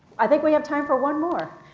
i think we have time for one more.